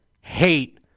hate